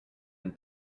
and